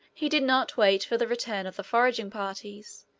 he did not wait for the return of the foraging parties.